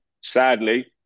sadly